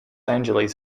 angeles